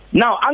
now